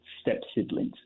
step-siblings